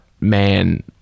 man-